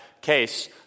case